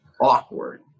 awkward